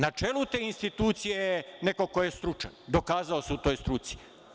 Na čelu te institucije je neko ko je stručan, dokazao se u toj struci.